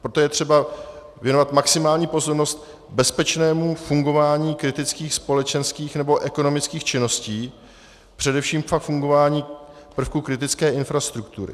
Proto je třeba věnovat maximální pozornost bezpečnému fungování kritických společenských nebo ekonomických činností, především pak fungování prvků kritické infrastruktury.